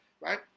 right